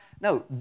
No